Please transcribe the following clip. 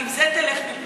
ועם זה תלך ממני: